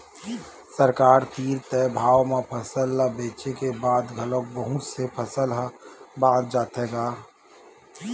सरकार तीर तय भाव म फसल ल बेचे के बाद घलोक बहुत से फसल ह बाच जाथे गा